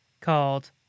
called